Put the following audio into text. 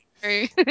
Sorry